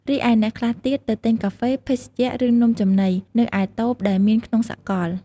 រីឯអ្នកខ្លះទៀតទៅទិញកាហ្វេ ភេសជ្ជៈ ឬនំចំណី នៅឯតូបដែលមានក្នុងសកល។